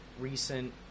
recent